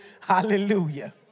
Hallelujah